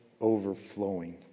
overflowing